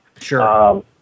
Sure